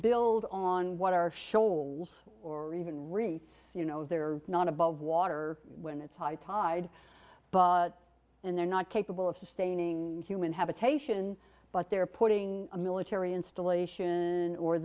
build on what are shoals or even reefs you know they're not above water when it's high tide but and they're not capable of sustaining human habitation but they're putting a military installation or